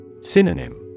Synonym